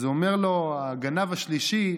אז אומר לו הגנב השלישי: